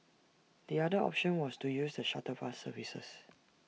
the other option was to use the shuttle bus services